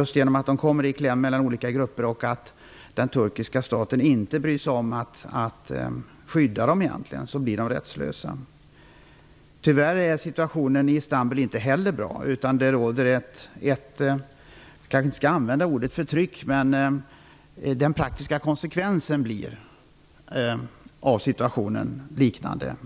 Assyrierna kommer i kläm mellan olika grupper, och den turkiska staten bryr sig egentligen inte om att skydda dem. Tyvärr är situationen i Istanbul inte heller bra. Även om man kanske inte skall använda ordet "förtryck" blir de praktiska konsekvenserna liknande ett förtryck.